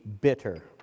bitter